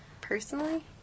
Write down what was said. Personally